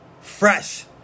fresh